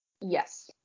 Yes